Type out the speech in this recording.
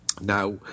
Now